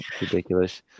ridiculous